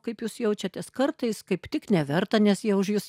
kaip jūs jaučiatės kartais kaip tik neverta nes jie už jus